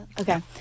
Okay